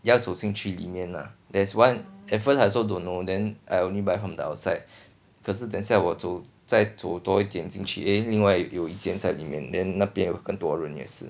要走进去里面 lah there's one at first I also don't know then I only buy from the outside 可是等一下我走再走多一点进去 eh 另外也有一间在里面 then 那边有更多人也是